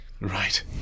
Right